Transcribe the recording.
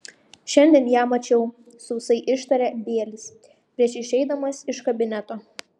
šiandien ją mačiau sausai ištarė bielis prieš išeidamas iš kabineto